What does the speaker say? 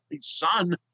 son